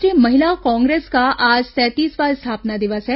राष्ट्रीय महिला कांग्रेस का आज सैंतीसवां स्थापना दिवस है